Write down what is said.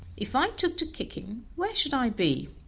if i took to kicking where should i be?